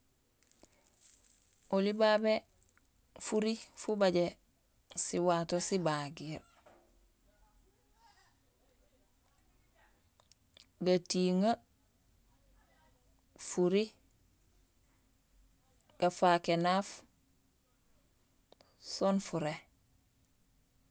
Oli babé furi fabajé siwato sibagiir: gatiiŋee, furi, gafaak énaaf soon furé.